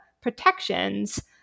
protections